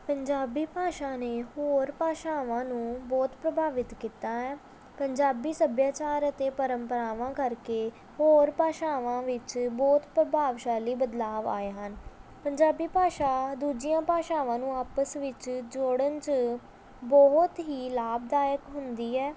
ਪੰਜਾਬੀ ਭਾਸ਼ਾ ਨੇ ਹੋਰ ਭਾਸ਼ਾਵਾਂ ਨੂੰ ਬਹੁਤ ਪ੍ਰਭਾਵਿਤ ਕੀਤਾ ਹੈ ਪੰਜਾਬੀ ਸੱਭਿਆਚਾਰ ਅਤੇ ਪਰੰਪਰਾਵਾਂ ਕਰਕੇ ਹੋਰ ਭਾਸ਼ਾਵਾਂ ਵਿੱਚ ਬਹੁਤ ਪ੍ਰਭਾਵਸ਼ਾਲੀ ਬਦਲਾਅ ਆਏ ਹਨ ਪੰਜਾਬੀ ਭਾਸ਼ਾ ਦੂਜੀਆਂ ਭਾਸ਼ਾਵਾਂ ਨੂੰ ਆਪਸ ਵਿੱਚ ਜੋੜਨ 'ਚ ਬਹੁਤ ਹੀ ਲਾਭਦਾਇਕ ਹੁੰਦੀ ਹੈ